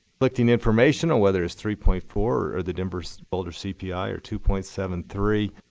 conflicting information on whether it's three point four or the denver so boulder cpi, or two point seven three,